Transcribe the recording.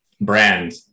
brand